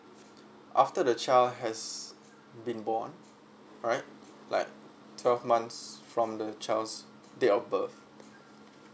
after the child has been born alright like twelve months from the child's date of birth